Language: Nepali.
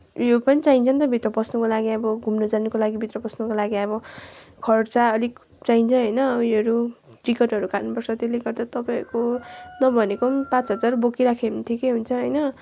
उयो पनि चाहिन्छ नि त भित्र पस्नुको लागि अब घुम्नु जानुको लागि भित्र पस्नुको लागि अब खर्च अलिक चाहिन्छ होइन अब उयोहरू टिकटहरू काट्नुपर्छ त्यसले गर्दा तपाईँहरूको नभनेको पनि पाँच हजार बोकिराखे भने ठिकै हुन्छ होइन